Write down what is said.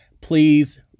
please